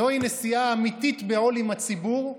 זוהי נשיאה אמיתית בעול עם הציבור,